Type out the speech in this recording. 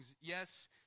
yes